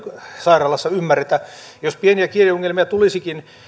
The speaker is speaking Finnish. sairaalassa ymmärretä jos pieniä kieliongelmia tulisikin